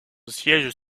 siège